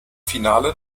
finale